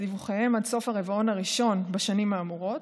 דיווחיהם עד סוף הרבעון הראשון בשנים האמורות,